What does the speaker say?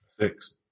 six